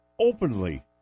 openly